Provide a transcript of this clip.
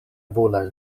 volas